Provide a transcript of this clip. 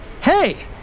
Hey